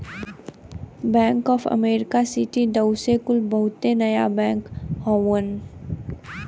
bank of America, Citi, Deutsche कुल बहुते नया बैंक हउवन